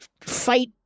fight